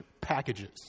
packages